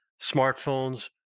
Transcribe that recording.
smartphones